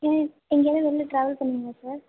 ஏன் எங்கேயாவது வெளில ட்ராவல் பண்ணிங்களா சார்